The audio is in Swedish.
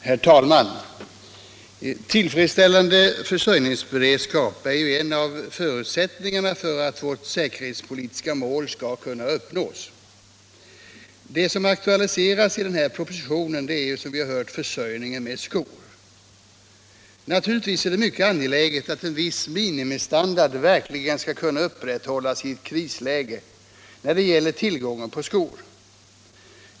Herr talman! Tillfredsställande försörjningsberedskap är ju en av förutsättningarna för att vårt säkerhetspolitiska mål skall kunna uppnås. I propositionen nr 85 akutaliseras försörjningen med skor. Naturligtvis är det mycket angeläget att en viss minimistandard verkligen skall kunna upprätthållas i ett krisläge när det gäller tillgången på skor.